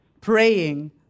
praying